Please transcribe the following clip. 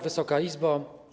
Wysoka Izbo!